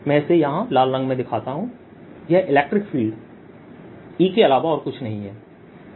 मैं इसे यहां लाल रंग में दिखाता हूं यह इलेक्ट्रिक फील्ड E के अलावा और कुछ नहीं है